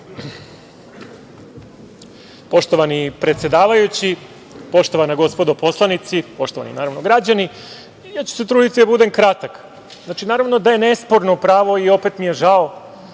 Poštovani predsedavajući, poštovana gospodo poslanici, poštovani građani, trudiću se da budem kratak. Naravno da je nesporno pravo i opet mi je žao